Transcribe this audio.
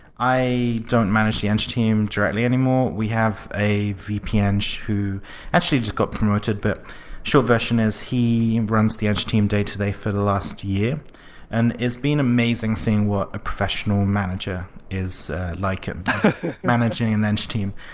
i don't manage the eng team directly anymore. we have a vp-eng who actually just got promoted, but short version is he runs the eng team day to day for the last year and it's been amazing seeing what a professional manager is like him managing an and eng team.